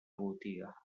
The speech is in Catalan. botiga